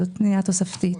זו פנייה תוספתית.